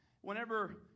Whenever